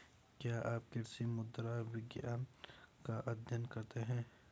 क्या आप कृषि मृदा विज्ञान का अध्ययन करते हैं?